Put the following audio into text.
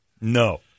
No